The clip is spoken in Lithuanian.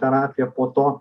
terapija po to